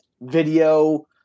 video